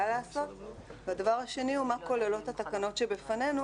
לעשות; והדבר השני הוא מה כוללות התקנות שבפנינו,